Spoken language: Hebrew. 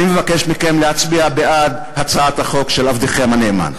אני מבקש מכם להצביע בעד הצעת החוק של עבדכם הנאמן.